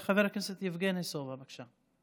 חבר הכנסת יבגני סובה, בבקשה.